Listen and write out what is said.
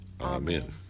Amen